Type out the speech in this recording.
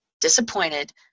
disappointed